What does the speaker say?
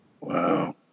Wow